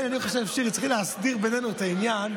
אני חושב שהיינו צריכים להסדיר בינינו את העניין,